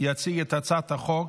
יציג את הצעת החוק.